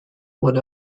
would